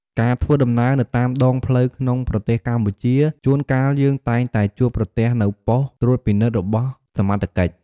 ការធ្វើដំណើរនៅតាមដងផ្លូវក្នុងប្រទេសកម្ពុជា ជួនកាលយើងតែងតែជួបប្រទះនូវប៉ុស្តិ៍ត្រួតពិនិត្យរបស់សមត្ថកិច្ច។